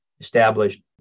established